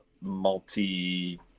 multi